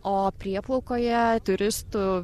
o prieplaukoje turistų